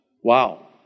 Wow